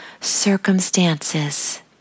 circumstances